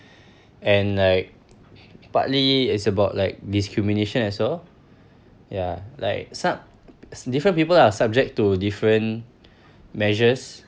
and like partly it's about like discrimination as well ya like some different people are subject to different measures